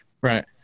right